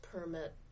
permit